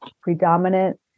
predominant